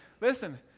Listen